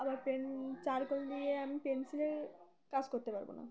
আবার pen charcoal দিয়ে আমি পেনসিলের কাজ করতে পারবো না